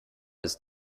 ist